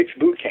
Bootcamp